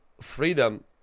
freedom